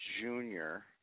junior